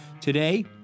Today